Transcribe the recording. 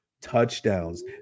touchdowns